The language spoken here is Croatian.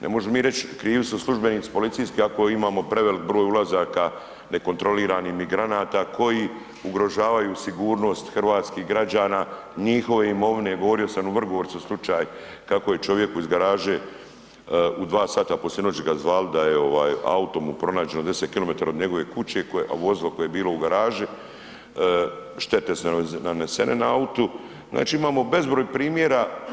Ne možemo mi reći krivi su službenici policijski ako imamo prevelik broj ulazaka nekontroliranih migranata koji ugrožavaju sigurnost hrvatskih građana, njihove imovine, govorio sam u Vrgorcu slučaj kako je čovjeku iz garaže u 2 h poslije noći, kad su zvali da je auto mu pronađen 10 km od njegove kuća, a vozilo koje je bilo u garaži, štete su nanesene na autu, znači imamo bezbroj primjera.